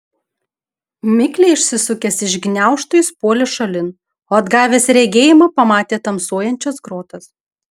mikliai išsisukęs iš gniaužtų jis puolė šalin o atgavęs regėjimą pamatė tamsuojančias grotas